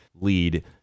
lead